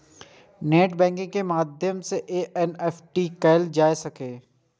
net banking के माध्यम सं एन.ई.एफ.टी कैल जा सकै छै